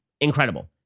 incredible